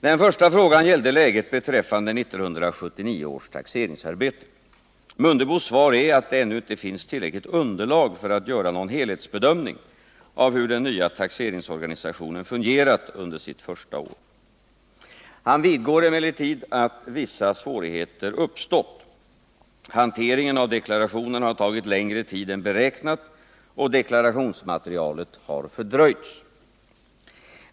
Den första frågan gällde läget beträffande 1979 års taxeringsarbete. Ingemar Mundebos svar är att det ännu inte finns tillräckligt underlag för att göra någon helhetsbedömning av hur den nya taxeringsorganisationen har fungerat under sitt första år. Ingemar Mundebo vidgår emellertid att vissa svårigheter har uppstått. Hanteringen av deklarationerna har tagit längre tid än beräknat, och deklarationsmaterialet har fördröjts.